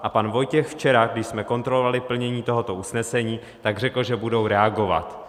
A pan Vojtěch včera, když jsme kontrolovali plnění tohoto usnesení, tak řekl, že budou reagovat.